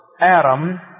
Adam